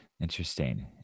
Interesting